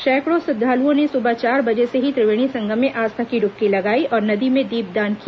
सैकड़ों श्रद्वालुओं ने सुबह चार बजे से ही त्रिवेणी संगम में आस्था की डुबकी लगाई और नदी में दीप दान किया